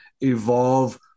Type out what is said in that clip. evolve